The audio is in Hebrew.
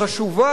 חיונית.